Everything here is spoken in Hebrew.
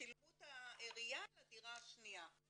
שילמו את העיריה לדירה השנייה.